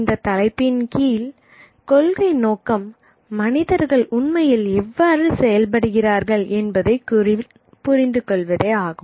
இந்தத் தலைப்பின் கீழ் நோக்கம் கொள்கை நோக்கம் மனிதர்கள் உண்மையில் எவ்வாறு செயல்படுகிறார்கள் என்பதை புரிந்து கொள்வதே ஆகும்